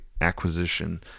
acquisition